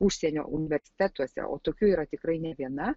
užsienio universitetuose o tokių yra tikrai ne viena